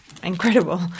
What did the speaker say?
incredible